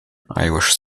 irish